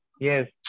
Yes